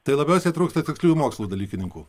tai labiausiai trūksta tiksliųjų mokslų dalykininkų